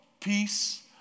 peace